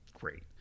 great